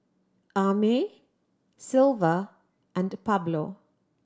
Amey Silver and Pablo